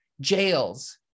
jails